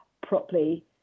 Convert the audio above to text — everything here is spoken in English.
properly